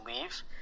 leave